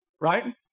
right